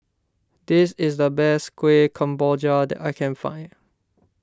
this is the best Kuih Kemboja that I can find